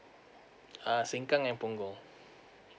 uh sengkang and punggol